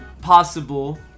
possible